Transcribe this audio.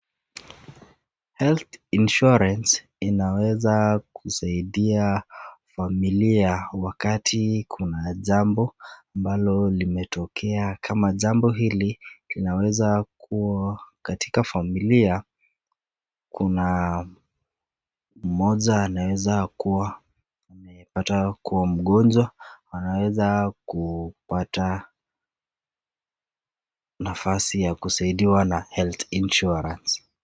Health Insurance inaweza kusaidia familia wakati kuna jambo ambalo limetokea kama jambo hili linaweza kua katika familia, kuna mmoja anaweza kua amepata kua mgonjwa anaweza kupata nafasi ya kusaidiwa na health insurance .